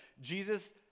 Jesus